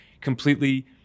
completely